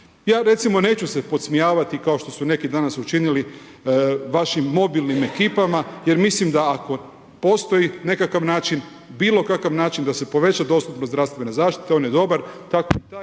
Ja recimo neću se podsmijavati kao što su neki danas učinili vašim mobilnim ekipama jer mislim da ako postoji nekakav način, bilokakav način da se poveća dostupnost zdravstvene zaštite, on je dobar,